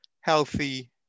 healthy